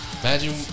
Imagine